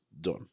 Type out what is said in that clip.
done